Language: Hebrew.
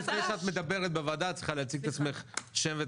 לפני שאת מדברת בוועדה את צריכה להציג את עצמך לפרוטוקול.